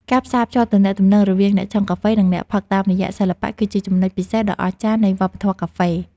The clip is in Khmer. ការផ្សារភ្ជាប់ទំនាក់ទំនងរវាងអ្នកឆុងកាហ្វេ និងអ្នកផឹកតាមរយៈសិល្បៈ គឺជាចំណុចពិសេសដ៏អស្ចារ្យនៃវប្បធម៌កាហ្វេ។